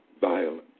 violence